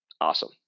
awesome